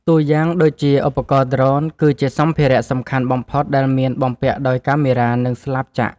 តួយ៉ាងដូចជា ឧបករណ៍ដ្រូន គឺជាសម្ភារៈសំខាន់បំផុតដែលមានបំពាក់ដោយកាមេរ៉ា និងស្លាបចក្រ។